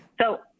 So-